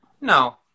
No